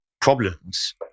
problems